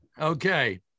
Okay